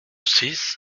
six